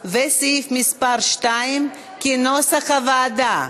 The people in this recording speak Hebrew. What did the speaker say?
ולכן אנחנו נצביע על שני סעיפים: סעיף מס' 1 וסעיף מס' 2 כנוסח הוועדה.